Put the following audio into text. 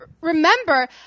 remember